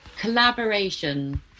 Collaboration